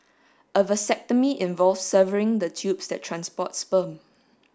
a vasectomy involves severing the tubes that transport sperm